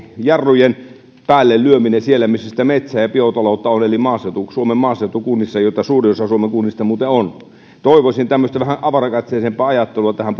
jarrujen päälle lyöminen siellä missä sitä metsää ja biotaloutta on eli suomen maaseutukunnissa joita suurin osa suomen kunnista muuten on toivoisin tämmöistä vähän avarakatseisempaa ajattelua tähän